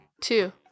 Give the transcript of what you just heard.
two